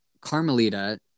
Carmelita